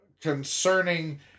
concerning